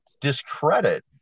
discredit